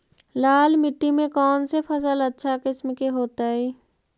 लाल मिट्टी में कौन से फसल अच्छा किस्म के होतै?